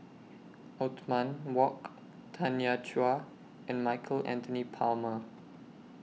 Othman Wok Tanya Chua and Michael Anthony Palmer